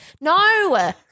No